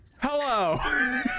Hello